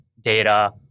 data